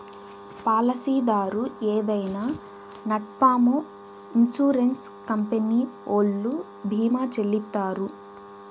పాలసీదారు ఏదైనా నట్పూమొ ఇన్సూరెన్స్ కంపెనీ ఓల్లు భీమా చెల్లిత్తారు